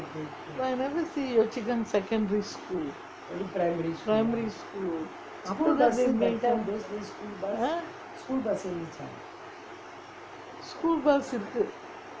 but I never see yio chu kang secondary school primary school ah school bus இருக்கு:irukku